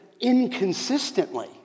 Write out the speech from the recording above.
inconsistently